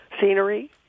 scenery